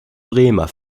bremer